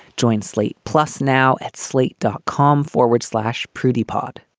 join slate plus now at slate, dot com forward slash prudy pod